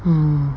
uh